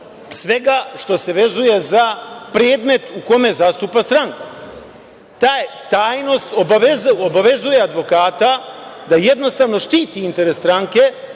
svega što se vezuje za predmet u kome zastupa stranku. Ta tajnost obavezuje advokata da jednostavno štiti interes stranke